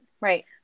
right